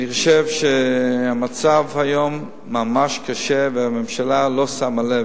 אני חושב שהמצב היום ממש קשה, והממשלה לא שמה לב.